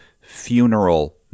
funeral